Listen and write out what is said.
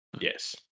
Yes